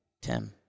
Tim